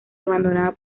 abandonada